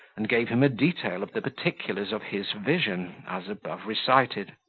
and gave him a detail of the particulars of his vision, as above recited.